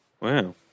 Wow